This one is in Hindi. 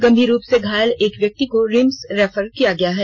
गंभीर रूप से घायल एक व्यक्ति को रिम्स रेफर किया गया है